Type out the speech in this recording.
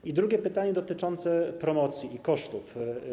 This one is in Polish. I drugie pytanie dotyczące promocji i kosztów: